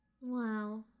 wow